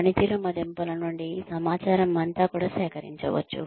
పనితీరు మదింపుల నుండి ఈ సమాచారం అంతా కూడా సేకరించవచ్చు